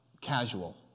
casual